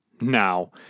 Now